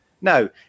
No